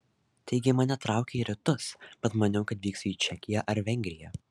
taigi mane traukė į rytus bet maniau kad vyksiu į čekiją ar vengriją